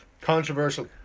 controversial